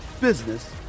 business